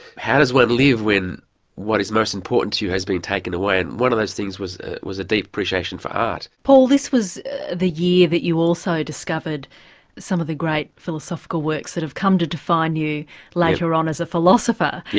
how does one live when what is most important to you has been taken away, and one of those things was was a deep appreciation for art. paul this was the year that you also discovered some of the great philosophical works that have come to define you later on as a philosopher.